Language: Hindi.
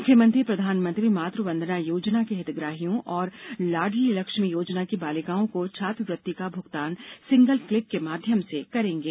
मुख्यमंत्री प्रधानमंत्री मातृ वंदना योजना के हितग्राहियों और लाड़ली लक्ष्मी योजना की बालिकाओं को छात्रवृत्ति का भुगतान सिंगल क्लिक के माध्यम से करेंगे